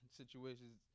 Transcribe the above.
situations